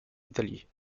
italie